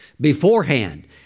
beforehand